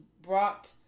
brought